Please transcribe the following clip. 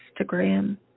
Instagram